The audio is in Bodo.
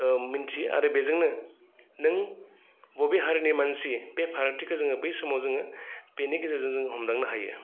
मिन्थियो आरो बेजोंनो नों बबे हारिनि मानसि बे फारागथिखौ जोङो बै समाव जोङो बेनि गेजेरजों हमदांनो हायो